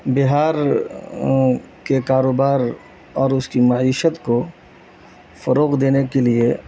بہار کے کاروبار اور اس کی معیشت کو فروغ دینے کے لیے